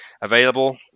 available